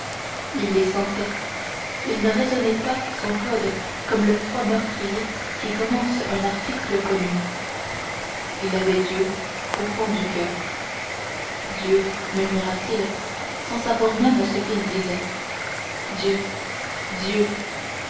il les sentait il ne raisonnait pas son code comme le froid meurtrier qui commente un article connu il avait dieu au fond du coeur dieu murmurait-il sans savoir même ce qu'il disait dieu dieu